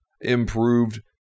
improved